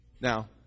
Now